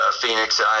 Phoenix